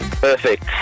Perfect